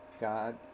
God